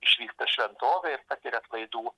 išvysta šventovę ir patiria atlaidų